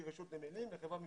מרשות הנמלים לחברה ממשלתית,